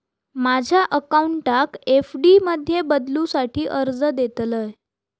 माझ्या अकाउंटाक एफ.डी मध्ये बदलुसाठी अर्ज देतलय